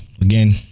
Again